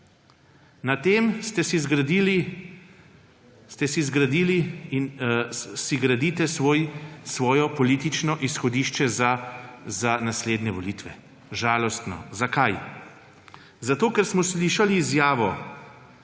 Na tem ste si zgradili in si gradite svoje politično izhodišče za naslednje volitve. Žalostno. Zakaj? Zato, ker smo slišali izjavo,